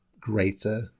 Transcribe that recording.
greater